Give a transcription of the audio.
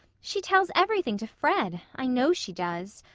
she tells everything to fred i know she does.